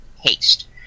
haste